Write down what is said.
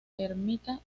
ermita